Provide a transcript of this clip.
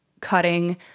cutting